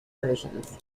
versions